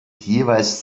jeweils